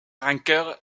rancœur